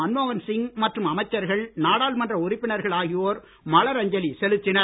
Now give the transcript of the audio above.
மன்மோகன்சிங் மற்றும் அமைச்சர்கள் நாடாளுமன்ற உறுப்பினர்கள் ஆகியோர் மலர் அஞ்சலி செலுத்தினர்